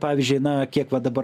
taip kad pavyzdžiui na kiek va dabar